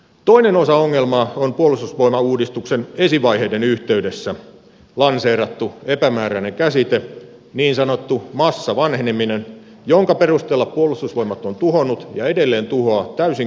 toinen osa ongelmaa on puolustusvoimauudistuksen esivaiheiden yhteydessä lanseerattu epämääräinen käsite niin sanottu massavanheneminen jonka perusteella puolustusvoimat on tuhonnut ja edelleen tuhoaa täysin käyttökelpoista tavaraa